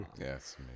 Yes